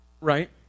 Right